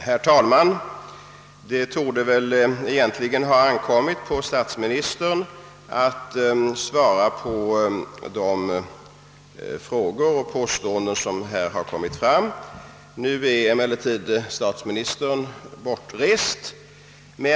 Herr talman! Det skulle väl egentligen ha ankommit på statsministern att svara på de frågor som har ställts och de påståenden som har gjorts. Statsministern är emellertid bortrest.